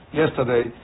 yesterday